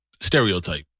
stereotype